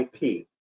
IP